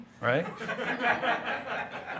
right